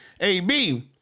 AB